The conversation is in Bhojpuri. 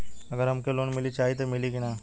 अगर हमके लोन चाही त मिली की ना?